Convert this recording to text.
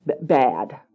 bad